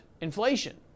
inflation